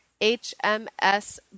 HMS